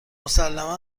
مسلما